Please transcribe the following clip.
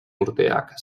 urteak